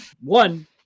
one